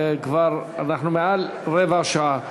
וכבר אנחנו מעל רבע שעה.